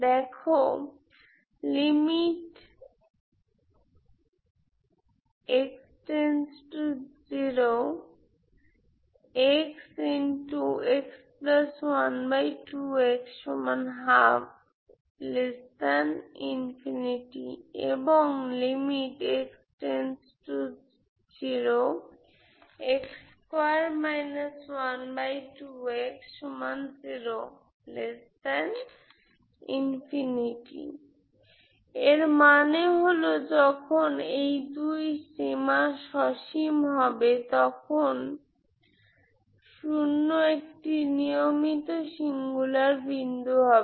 দেখো এর মানে হলো যখন এই দুই সীমা সসীম হবে তখন '0' একটি নিয়মিত সিঙ্গুলার বিন্দু হবে